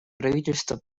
правительство